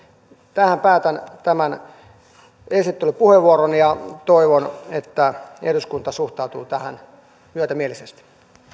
tähän päätän tämän puheenvuoroni ja toivon että eduskunta suhtautuu tähän myötämielisesti